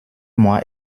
moi